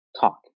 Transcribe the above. talk